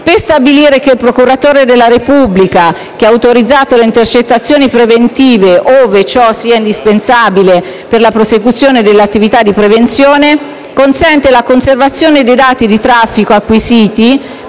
per stabilire che il procuratore della Repubblica che ha autorizzato le intercettazioni preventive, ove ciò sia indispensabile per la prosecuzione delle attività di prevenzione consente la conservazione dei dati di traffico acquisiti